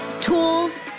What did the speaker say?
tools